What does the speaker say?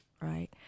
Right